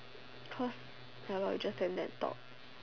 because ya lor you just stand there and talk